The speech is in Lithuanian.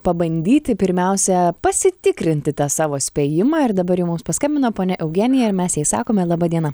pabandyti pirmiausia pasitikrinti tą savo spėjimą ir dabar jau mums paskambino ponia eugenija ir mes jai sakome laba diena